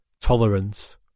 Tolerance